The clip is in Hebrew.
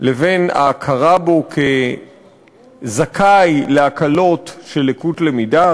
לבין ההכרה בו כזכאי להקלות של לקות למידה,